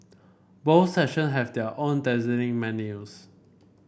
both section have their own dazzling menus